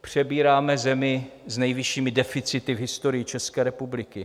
Přebíráme zemi s nejvyššími deficity v historii České republiky.